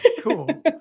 cool